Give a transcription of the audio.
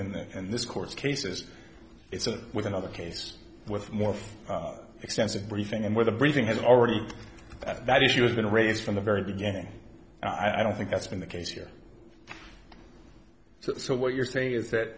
in this and this court cases it's a with another case with more extensive briefing and with a briefing has already that that issue has been raised from the very beginning and i don't think that's been the case here so what you're saying is that